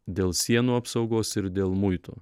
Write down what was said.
dėl sienų apsaugos ir dėl muitų